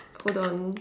hold on